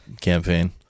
campaign